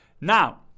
Now